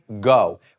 go